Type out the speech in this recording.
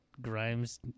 Grimes